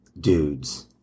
Dudes